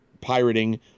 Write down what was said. pirating